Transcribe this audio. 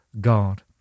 God